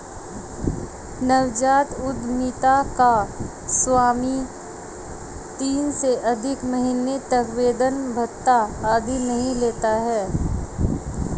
नवजात उधमिता का स्वामी तीन से अधिक महीने तक वेतन भत्ता आदि नहीं लेता है